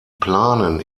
planen